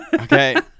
Okay